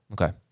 Okay